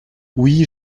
oui